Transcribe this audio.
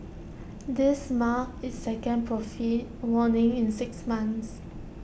this marked its second profit warning in six months